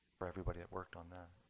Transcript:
for everybody that worked on that.